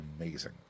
amazing